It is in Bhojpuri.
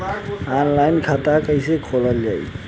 ऑनलाइन खाता कईसे खोलल जाई?